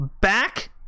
back